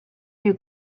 you